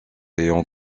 ayant